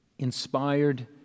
inspired